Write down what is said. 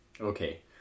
Okay